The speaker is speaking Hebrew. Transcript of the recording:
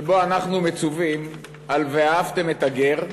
שבו אנו מצווים על "ואהבתם את הגר",